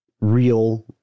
real